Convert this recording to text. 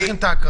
לא נמצאים בסגר.